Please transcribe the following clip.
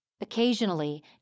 Occasionally